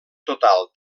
total